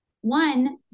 one